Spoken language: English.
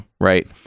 Right